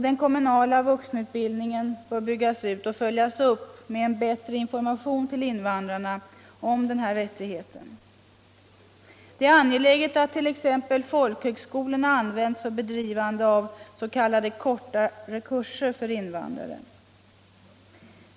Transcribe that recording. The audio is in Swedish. Den kommunala vuxenutbildningen bör byggas ut och följas upp med en bättre information till invandrarna om denna rättighet. Det är angeläget att t.ex. folkhögskolorna används för bedrivande av s.k. kortare kurser för invandrare.